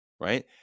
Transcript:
right